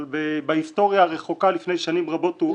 אבל בהיסטוריה הרחוקה לפני שנים רבות הוא עבר לפקודה.